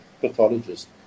pathologist